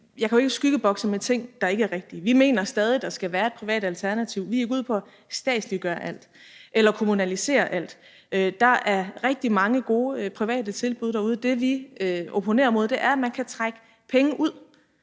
jeg jo ikke kan skyggebokse med ting, der ikke er rigtige. Vi mener stadig, der skal være et privat alternativ. Vi er ikke ude på at statsliggøre alt eller kommunalisere alt. Der er rigtig mange gode private tilbud derude. Det, vi opponerer imod, er, at man kan trække penge ud